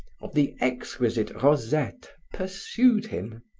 of the exquisite rosette pursued him.